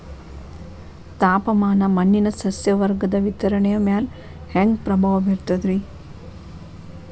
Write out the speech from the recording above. ತಾಪಮಾನ ಮಣ್ಣಿನ ಸಸ್ಯವರ್ಗದ ವಿತರಣೆಯ ಮ್ಯಾಲ ಹ್ಯಾಂಗ ಪ್ರಭಾವ ಬೇರ್ತದ್ರಿ?